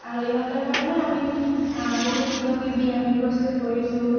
আৰু সিহঁতৰ কাৰণে আমি বহুত কিবা কিবি আমি প্ৰস্তুত কৰিছোঁ